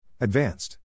Advanced